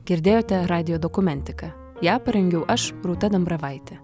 girdėjote radijo dokumentiką ją parengiau aš rūta dambravaitė